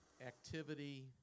activity